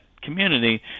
community